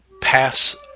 pass